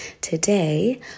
Today